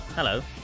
Hello